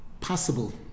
Possible